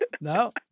No